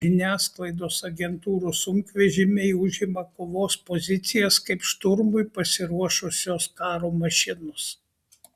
žiniasklaidos agentūrų sunkvežimiai užima kovos pozicijas kaip šturmui pasiruošusios karo mašinos